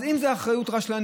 אז אם זה אחריות רשלנית,